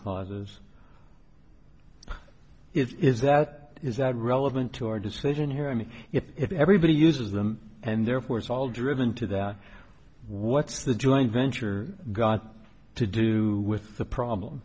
clauses it is that is that relevant to our discussion here i mean if everybody uses them and therefore it's all driven to that what's the joint venture got to do with the problem